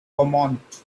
vermont